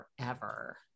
forever